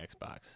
Xbox